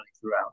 throughout